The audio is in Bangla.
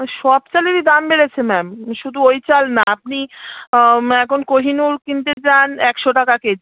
সব চালেরই দাম বেড়েছে ম্যাম শুধু ওই চাল না আপনি এখন কোহিনুর কিনতে যান একশো টাকা কেজি